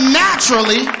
naturally